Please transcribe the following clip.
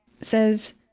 says